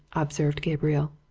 observed gabriel.